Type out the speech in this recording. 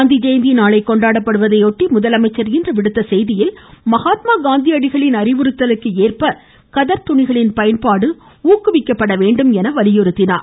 காந்திஜெயந்தி நாளை கொண்டாடப்படுவதையொட்டி முதலமைச்சர் இன்று விடுத்துள்ள செய்தியில் மகாத்மா காந்தியடிகளின் அறிவுறுத்தலுக்கு ஏற்ப கதர் துணிகளின் பயன்பாடு ஊக்குவிக்கப்பட வேண்டும் என்று வலியுறுத்தியுள்ளார்